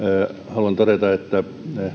haluan todeta että